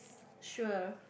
sure